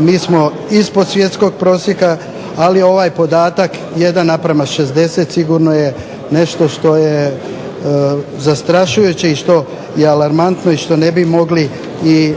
Mi smo ispod svjetskog prosjeka, ali ovaj podatak 1 naprama 60 sigurno je nešto što je zastrašujuće i što je alarmantno i što ne bi mogli i